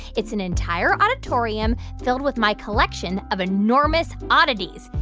it's an entire auditorium filled with my collection of enormous oddities.